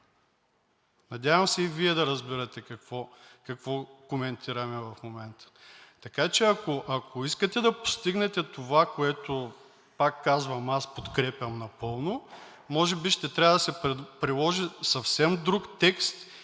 Надявам се Вие да разбирате какво коментираме в момента. Така че, ако искате да постигнете това, което, пак казвам, подкрепям напълно и може би ще трябва да се приложи съвсем друг текст